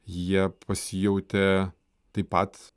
jie pasijautė taip pat